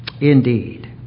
Indeed